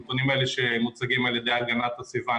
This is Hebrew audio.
הנתונים שמוצגים על ידי הגנת הסביבה,